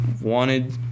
wanted—